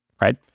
right